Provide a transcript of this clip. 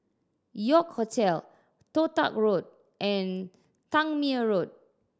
York Hotel Toh Tuck Road and Tangmere Road